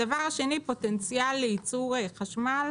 הדבר השני, פוטנציאל לייצור חשמל